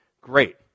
great